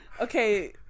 Okay